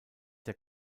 der